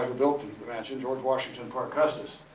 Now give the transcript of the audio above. and built the mansion, george washington parke custis.